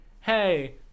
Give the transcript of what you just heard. hey